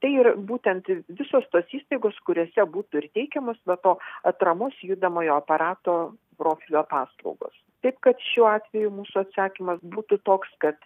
tai ir būtent i visos tos įstaigos kuriose būtų ir teikiamos va to atramos judamojo aparato profilio paslaugos taip kad šiuo atveju mūsų atsakymas būtų toks kad